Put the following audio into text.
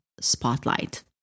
spotlight